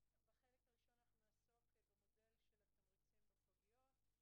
בחלק הראשון נעסוק במודל התמריצים בפגיות,